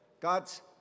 God's